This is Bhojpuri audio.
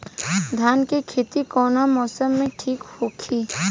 धान के खेती कौना मौसम में ठीक होकी?